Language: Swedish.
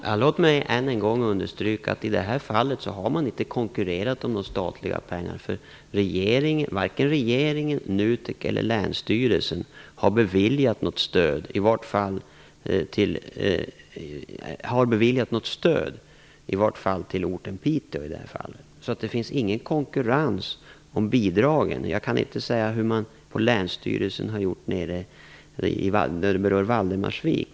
Fru talman! Låt mig än en gång understryka att i det här fallet har man inte konkurrerat om några statliga pengar. Varken regeringen, NUTEK eller länsstyrelsen har beviljat något stöd till orten Piteå i det här fallet. Det finns ingen konkurrens om bidragen. Jag kan inte säga hur de har gjort på länsstyrelsen i Valdemarsvik.